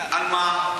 על מה?